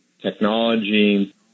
technology